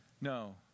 No